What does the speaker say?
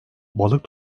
balık